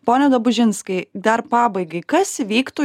pone dabužinskai dar pabaigai kas įvyktų